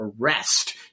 arrest